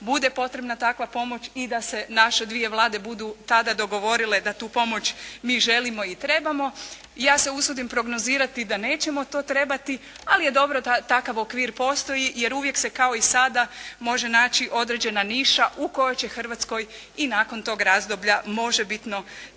bude potrebna takva pomoć i da se naše dvije Vlade budu tada dogovorile da tu pomoć mi želimo i trebamo. Ja se usudim prognozirati da nećemo to trebati, ali je dobro da takav okvir postoji jer uvijek se kao i sada može naći određena niša u kojoj će Hrvatskoj i nakon tog razdoblja možebitno